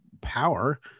power